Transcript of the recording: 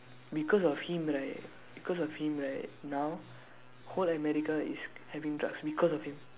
because of him right because of him right now whole America is having drugs because of him